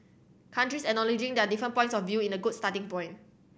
countries acknowledging their different points of view is a good starting point